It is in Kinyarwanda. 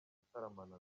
gutaramana